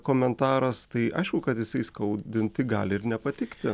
komentaras tai aišku kad jisai įskaudinti gali ir nepatikti